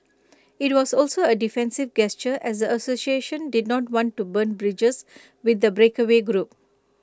IT was also A defensive gesture as the association did not want to burn bridges with the breakaway group